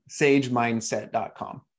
SageMindset.com